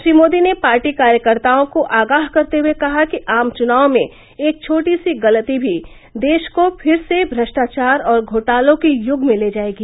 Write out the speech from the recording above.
श्री मोदी ने पार्टी कार्यकर्ताओं को आगाह करते हुए कहा कि आम चुनाव में एक छोटी सी गलती भी देश को फिर से थ्रष्टाचार और घोटालों के युग में ले जाएगी